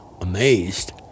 amazed